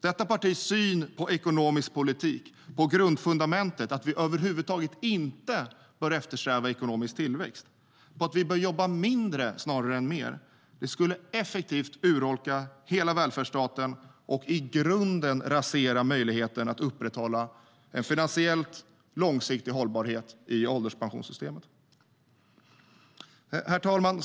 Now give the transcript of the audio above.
Detta partis syn på ekonomisk politik, på grundfundamentet att vi över huvud taget inte bör eftersträva ekonomisk tillväxt och på att vi bör jobba mindre snarare än mer skulle effektivt urholka hela välfärdsstaten och i grunden rasera möjligheten att upprätthålla en finansiellt långsiktig hållbarhet i ålderspensionssystemet. Herr talman!